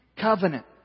covenant